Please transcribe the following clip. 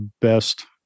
best